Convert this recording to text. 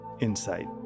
insight